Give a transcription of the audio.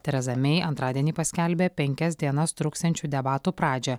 tereza mey antradienį paskelbė penkias dienas truksiančių debatų pradžią